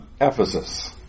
Ephesus